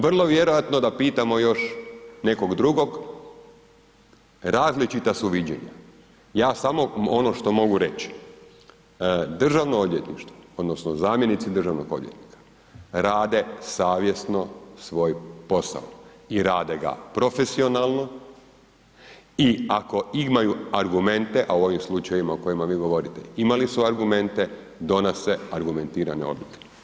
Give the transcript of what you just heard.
Vrlo vjerojatni da pitamo još nekog drugog, različita su viđenja, ja samo ono što mogu reći, Državno odvjetništvo odnosno zamjenici državnog odvjetnika, rade savjesno svoj posao i rade ga profesionalno i ako imaju argumente a u ovim slučajevima o kojima vi govorite, imali su argumente, donose argumentirane odluke.